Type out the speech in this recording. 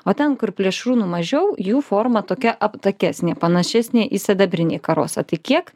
o ten kur plėšrūnų mažiau jų forma tokia aptakesnė panašesnė į sidabrinį karosą tai kiek